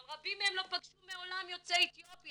אבל רבים מהם לא פגשו מעולם יוצאי אתיופיה,